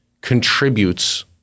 contributes